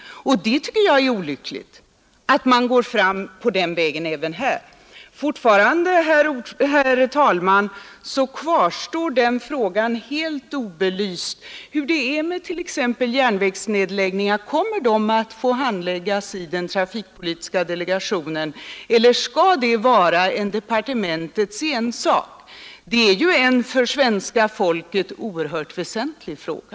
Jag tycker att det är olyckligt att man går fram på den vägen. Fortfarande, herr talman, kvarstår den frågan helt obelyst, hur det är t.ex. med järnvägsnedläggningarna, Kommer de att få handläggas av trafikpolitiska delegationen eller skall det vara departementets ensak? Det är en för svenska folket oerhört väsentlig fråga.